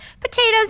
potatoes